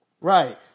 Right